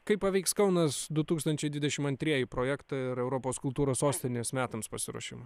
kaip pavyks kaunas du tūkstančiai dvidešim antrieji projektą ir europos kultūros sostinės metams pasiruošimai